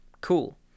Cool